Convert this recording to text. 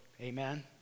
Amen